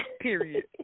Period